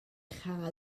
chau